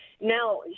Now